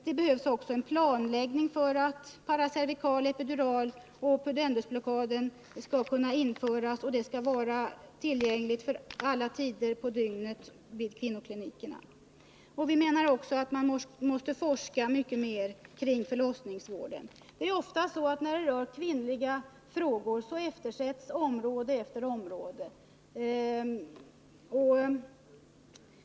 Det behövs också en planläggning för att paracervikal-, epiduraloch pudendusblockaden skall kunna införas och vara tillgängliga vid kvinnoklinikerna vid alla tider på 75 dygnet. Vi menar vidare att man måste forska mycket mer kring förlossningsvården. När det gäller de ”kvinnliga” frågorna eftersätts område efter område.